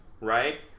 right